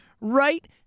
right